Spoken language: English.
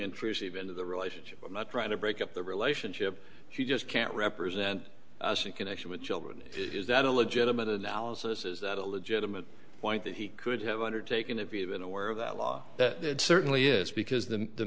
intrusive into the relationship but not trying to break up the relationship she just can't represent us in connection with children is that a legitimate analysis is that a legitimate point that he could have undertaken if even aware of that law that it certainly is because the